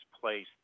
place